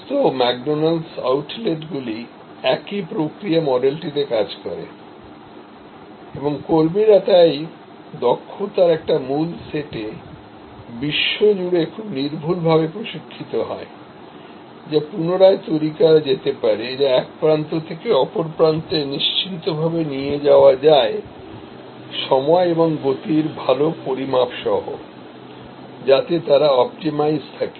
সমস্ত ম্যাকডোনাল্ডস আউটলেটগুলি একই প্রক্রিয়া মডেলটিতে কাজ করে এবং কর্মীরা তাই দক্ষতার একটি মূল সেটে বিশ্বজুড়ে খুব নির্ভুলভাবে প্রশিক্ষিত হয় যা পুনরায় তৈরি করা যেতে পারে যা এক প্রান্ত থেকে অপর প্রান্তেনিশ্চিন্তভাবে নিয়ে যাওয়া যায় সময় এবং গতির ভাল পরিমাপ সহ যাতে তারা অপটিমাইজ থাকে